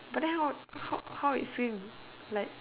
but then how how it swim like